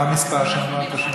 מה המספר שאמרת?